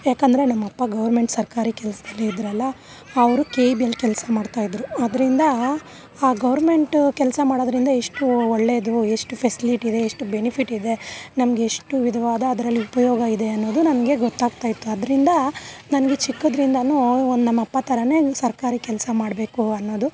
ಯಾಕೆಂದ್ರೆ ನಮ್ಮಪ್ಪ ಗೋರ್ಮೆಂಟ್ ಸರ್ಕಾರಿ ಕೆಲಸದಲ್ಲಿ ಇದ್ರಲ್ಲ ಅವರು ಕೆ ಇ ಬಿ ಯಲ್ಲಿ ಕೆಲಸ ಮಾಡ್ತಾಯಿದ್ರು ಅದ್ರಿಂದ ಆ ಗೌರ್ಮೆಂಟ್ ಕೆಲಸ ಮಾಡೋದ್ರಿಂದ ಎಷ್ಟು ಒಳ್ಳೇದು ಎಷ್ಟು ಫೆಸ್ಲಿಟಿ ಇದೆ ಎಷ್ಟು ಬೆನಿಫಿಟಿದೆ ನಮಗೆ ಎಷ್ಟು ವಿಧವಾದ ಅದರಲ್ಲಿ ಉಪಯೋಗ ಇದೆ ಅನ್ನೋದು ನನಗೆ ಗೊತ್ತಾಗ್ತಾಯಿತ್ತು ಅದ್ರಿಂದ ನನಗೆ ಚಿಕ್ಕದ್ರಿಂದಲು ಒಂದು ನಮ್ಮಪ್ಪ ಥರವೇ ಸರ್ಕಾರಿ ಕೆಲಸ ಮಾಡಬೇಕು ಅನ್ನೋದು